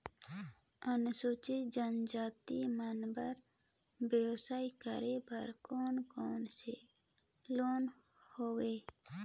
अनुसूचित जनजाति मन बर व्यवसाय करे बर कौन कौन से लोन हवे?